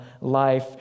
life